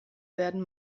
werden